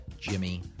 Jimmy